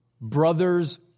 brothers